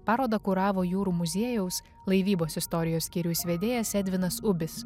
parodą kuravo jūrų muziejaus laivybos istorijos skyriaus vedėjas edvinas ubis